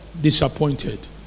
Disappointed